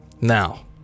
Now